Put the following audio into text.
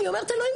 אני אומרת לעצמי,